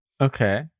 okay